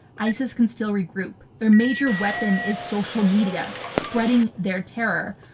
isis can still regroup. their major weapon is social media, spreading their terror.